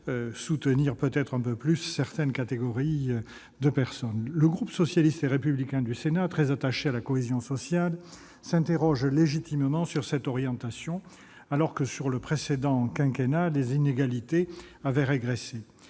vouloir soutenir un peu plus certaines catégories de personnes ... Les élus du groupe socialiste et républicain du Sénat, très attachés à la cohésion sociale, s'interrogent légitimement sur cette orientation, alors qu'au cours du précédent quinquennat les inégalités avaient régressé.